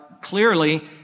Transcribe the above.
clearly